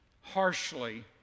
harshly